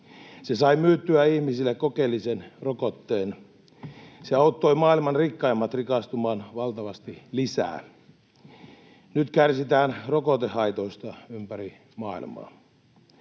Se sai myytyä ihmisille kokeellisen rokotteen. Se auttoi maailman rikkaimmat rikastumaan valtavasti lisää. Nyt kärsitään rokotehaitoista ympäri maailmaa.